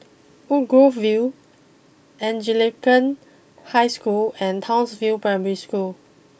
Woodgrove view Anglican High School and Townsville Primary School